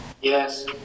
Yes